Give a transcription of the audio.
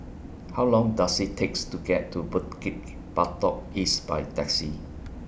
How Long Does IT takes to get to Bukit Batok East By Taxi